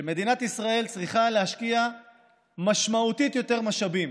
שמדינת ישראל צריכה להשקיע משמעותית יותר משאבים